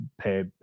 pay